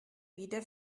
wieder